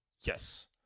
Yes